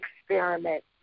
experiment